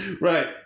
right